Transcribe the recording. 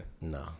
No